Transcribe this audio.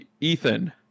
Ethan